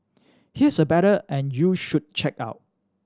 here's a better and you should check out